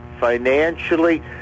financially